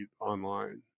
online